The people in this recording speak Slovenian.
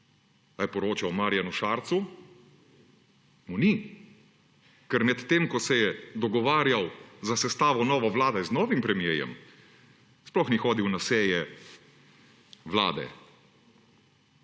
Ali je poročal Marjanu Šarcu? Mu ni. Ker medtem ko se je dogovarjal za sestavo nove vlade z novim premierjem, sploh ni hodil na seje Vlade.